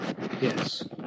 Yes